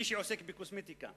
מי שעוסק בקוסמטיקה?